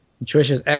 Nutritious